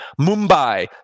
Mumbai